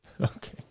okay